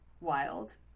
wild